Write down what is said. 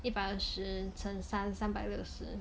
一百二十乘三三百六十